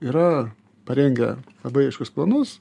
yra parengę labai aiškius planus